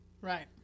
Right